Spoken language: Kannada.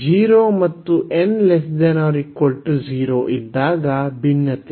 0 ಮತ್ತು n≤0 ಇದ್ದಾಗ ಭಿನ್ನತೆ